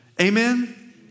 Amen